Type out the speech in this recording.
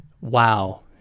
wow